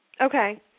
Okay